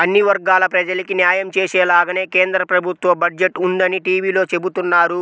అన్ని వర్గాల ప్రజలకీ న్యాయం చేసేలాగానే కేంద్ర ప్రభుత్వ బడ్జెట్ ఉందని టీవీలో చెబుతున్నారు